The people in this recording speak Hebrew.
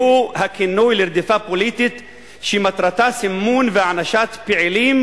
שהוא הכינוי לרדיפה פוליטית שמטרתה סימון והענשה של פעילים